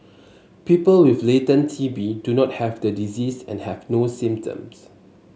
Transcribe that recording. people with latent T B do not have the disease and have no symptoms